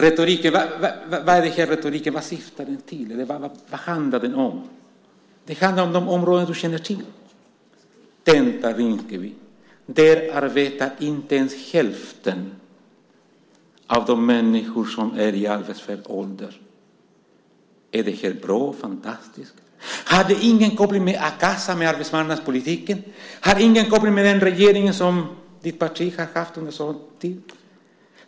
Den här retoriken: Vad syftar den till, och vad handlar den om? Den handlar om de områden du känner till, om Tensta och Rinkeby. Där arbetar inte ens hälften av de människor som är i arbetsför ålder. Är det helt bra och fantastiskt? Har det ingen koppling till a-kassan och arbetsmarknadspolitiken? Har det ingen koppling till den regeringsmakt som ditt parti har haft under så lång tid?